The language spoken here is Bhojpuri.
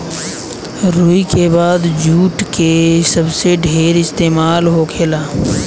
रुई के बाद जुट के सबसे ढेर इस्तेमाल होखेला